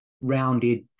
rounded